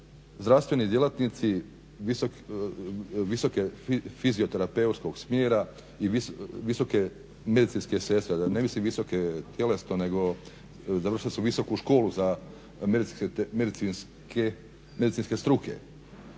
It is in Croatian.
zdravstveni djelatnici fizioterapeutskog smjera i visoke medicinske sestre. Ne mislim visoke tjelesno nego završile su visoku školu medicinske struke.